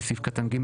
וסעיף קטן (ג),